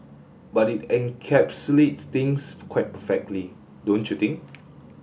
but it encapsulates things quite perfectly don't you think